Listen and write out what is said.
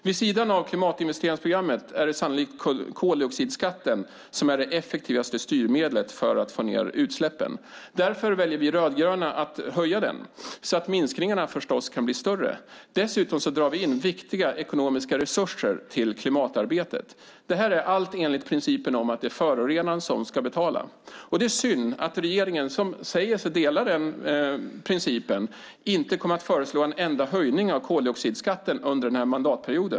Vid sidan av klimatinvesteringsprogrammet är det sannolikt koldioxidskatten som är det effektivaste styrmedlet för att få ned utsläppen. Därför väljer vi rödgröna att höja den, så att minskningarna kan bli större. Dessutom drar vi in viktiga ekonomiska resurser till klimatarbetet. Det här är allt enligt principen att det är förorenaren som ska betala. Det är synd att regeringen, som säger sig dela den uppfattningen, inte kommer att föreslå en enda höjning av koldioxidskatten under denna mandatperiod.